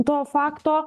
to fakto